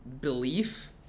belief